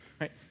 right